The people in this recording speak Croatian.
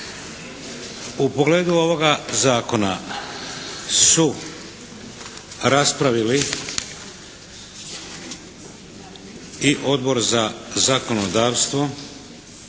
U pogledu ovoga zakona su raspravili i Odbor za zakonodavstvo,